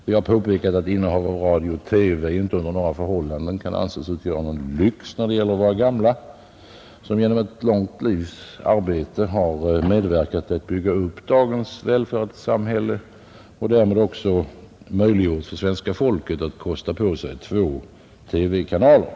Vi har påpekat att innehav av radio och TV inte under några förhållanden kan anses utgöra en lyx för våra gamla, som genom ett långt livs arbete har medverkat till att bygga upp dagens välfärdssamhälle och därmed också möjliggjort för svenska folket att kosta på sig två TV-kanaler.